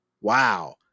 Wow